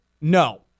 No